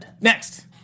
Next